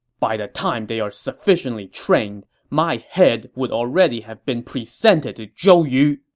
by the time they are sufficiently trained, my head would already have been presented to zhou yu!